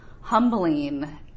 humbling